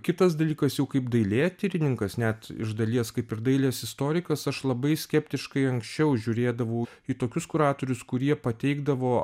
kitas dalykas jau kaip dailėtyrininkas net iš dalies kaip ir dailės istorikas aš labai skeptiškai anksčiau žiūrėdavau į tokius kuratorius kurie pateikdavo